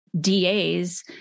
DAs